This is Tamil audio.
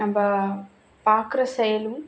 நம்ம பார்க்குற செயலும்